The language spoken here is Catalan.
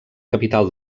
capital